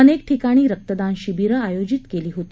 अनेक ठिकाणी रक्तदान शिबिरं आयोजित केली होती